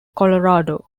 colorado